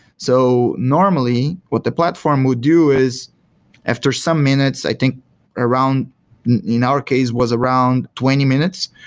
so normally what the platform would do is after some minutes, i think around in our case was around twenty minutes,